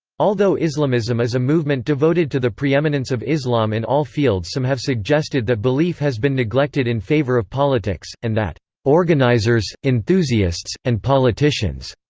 although islamism is a movement devoted to the preeminence of islam in all fields some have suggested that belief has been neglected in favor of politics, and that organizers, enthusiasts, and politicians,